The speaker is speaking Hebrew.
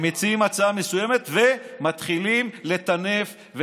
הם מציעים הצעה מסוימת ומתחילים לטנף,